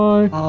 Bye